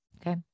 Okay